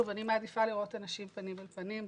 אני מעדיפה לראות אנשים פנים אל פנים,